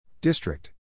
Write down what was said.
District